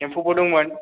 एमफौबो दंमोन